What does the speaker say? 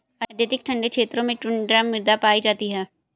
अत्यधिक ठंडे क्षेत्रों में टुण्ड्रा मृदा पाई जाती है